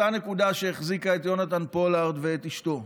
זו אותה נקודה שהחזיקה את יונתן פולארד ואת אשתו,